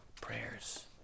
prayers